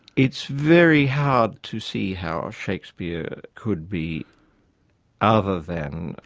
it's very hard to see how shakespeare could be other than,